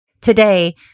Today